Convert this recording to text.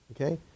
Okay